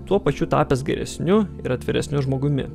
tuo pačiu tapęs geresniu ir atviresniu žmogumi